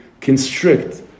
constrict